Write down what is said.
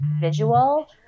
visual